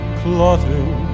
clotting